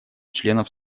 членов